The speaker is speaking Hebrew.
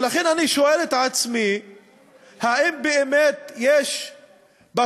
ולכן אני שואל את עצמי האם באמת יש בתוכנית